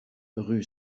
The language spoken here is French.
rue